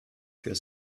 fürs